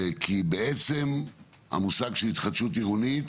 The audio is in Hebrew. כי בעצם המושג של התחדשות עירונית,